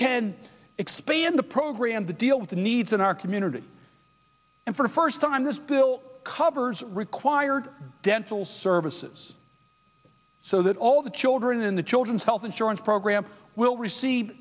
can expand the program to deal with the needs in our community and for the first time this covers required dental services so that all the children in the children's health insurance program will receive